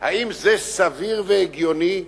האם זה סביר והגיוני?